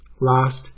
Last